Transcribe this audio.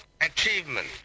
achievement